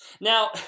Now